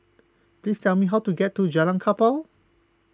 please tell me how to get to Jalan Kapal